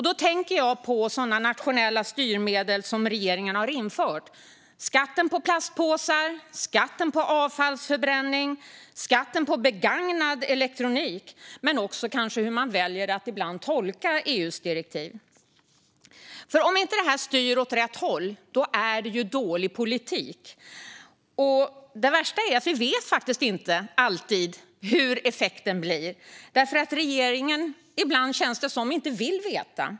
Då tänker jag på sådana nationella styrmedel som regeringen har infört, nämligen skatten på plastpåsar, skatten på avfallsförbränning, skatten på begagnad elektronik och hur man ibland väljer att tolka EU:s direktiv. Om inte det här styr åt rätt håll är det dålig politik. Det värsta är att vi inte alltid vet hur effekten blir eftersom regeringen ibland inte vill veta.